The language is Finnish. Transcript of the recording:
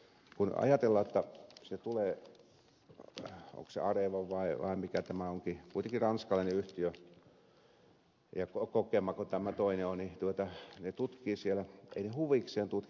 kun ajatellaan jotta se tulee onko se areva vai mikä tämä onkin kuitenkin ranskalainen yhtiö ja cogemako tämä toinen on ja ne tutkivat siellä eivät ne huvikseen tutki